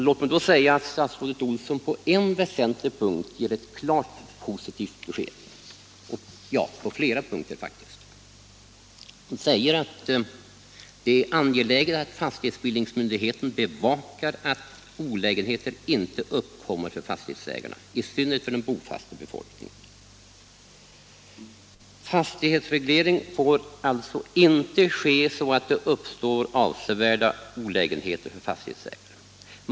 Låt mig då säga att statsrådet Olsson på flera punkter gav ett klart positivt besked. Hon sade att det är angeläget att fastighetsbildnings 127 myndigheten bevakar att olägenheter inte uppkommer för fastighetsägarna, i synnerhet för den bofasta befolkningen. Fastighetsreglering får alltså inte ske så, att det uppstår avsevärda olägenheter för fastighetsägarna.